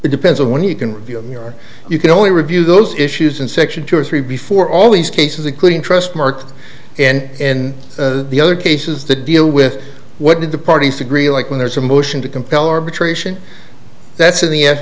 it depends on when you can view mirror you can only review those issues in section two or three before all these cases including trustmark and in the other cases the deal with what did the parties agree like when there's a motion to compel arbitration that's in the